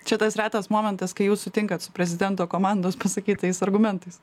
čia tas retas momentas kai jūs sutinkat su prezidento komandos pasakytais argumentais